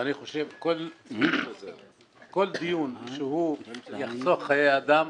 ואני חושב שכל דיון שיחסוך חיי אדם,